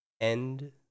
End